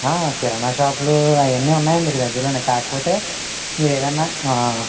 కిరాణా షాప్లు అవన్నీ ఉన్నాయండి ఇక్కడ దగ్గరలోనే కాకపోతే మీరేదైనా